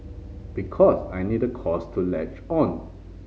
because I need a cause to latch on